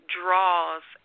draws